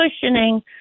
cushioning